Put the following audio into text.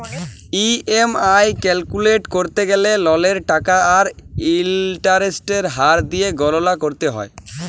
EMI calculate ক্যরতে গ্যালে ললের টাকা আর ইলটারেস্টের হার দিঁয়ে গললা ক্যরতে হ্যয়